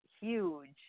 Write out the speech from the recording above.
huge